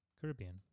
Caribbean